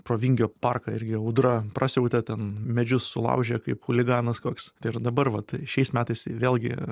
pro vingio parką irgi audra prasiautė ten medžius sulaužė kaip chuliganas koks tai ir dabar vat šiais metais vėlgi